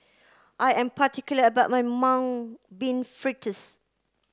I am particular about my mung bean fritters